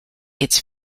its